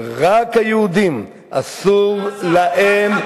רק היהודים אסור להם,